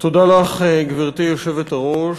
גברתי היושבת-ראש,